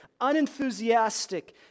unenthusiastic